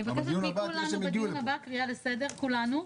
אני מבקשת מכולם בדיון הבא קריאה לסדר כולנו,